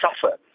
suffer